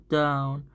down